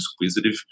inquisitive